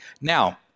Now